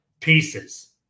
pieces